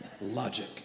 Logic